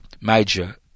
major